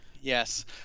Yes